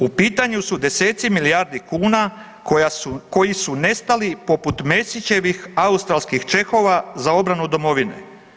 U pitanju su deseci milijardi kuna koji su nestali poput Mesićevih australskih čehova za obranu domovine.